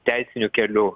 teisiniu keliu